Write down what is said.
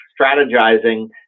strategizing